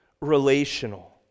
relational